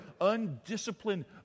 undisciplined